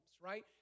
right